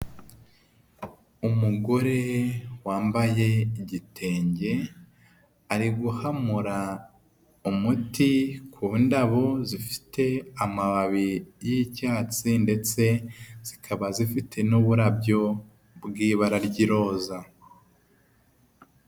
Umugore wambaye igitenge ari guhamura umuti ku ndabo zifite amababi y'icyatsi ndetse zikaba zifite n'uburabyo bw'ibara ry'iroza .